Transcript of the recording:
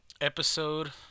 episode